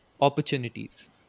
opportunities